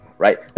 right